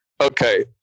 Okay